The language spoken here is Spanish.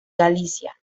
galicia